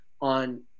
on